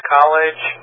College